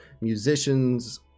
musicians